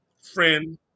friend